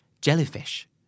Jellyfish